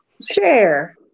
Share